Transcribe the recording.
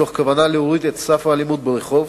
מתוך כוונה להוריד את סף האלימות ברחוב